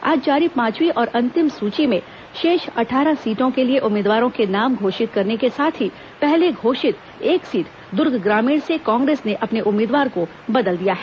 आज जारी पांचवीं और अंतिम सूची में शेष अट्ठारह सीटों के लिए उम्मीदवारों के नाम घोषित करने के साथ ही पहले घोषित एक सीट दुर्ग ग्रामीण से कांग्रेस ने अपने उम्मीदवार को बदल दिया है